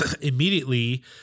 immediately